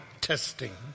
testing